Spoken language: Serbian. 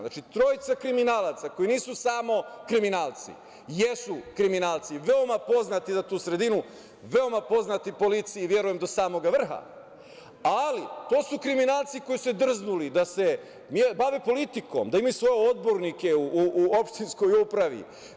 Znači, trojica kriminalaca koji nisu samo kriminalci, jesu kriminalci veoma poznati toj sredini, veoma poznati policiji, verujem do samog vrha, ali to su kriminalci koji su se drznuli da se bave politikom, da imaju svoje odbornike u opštinskoj upravi.